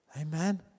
Amen